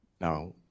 Now